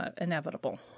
inevitable